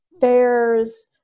fairs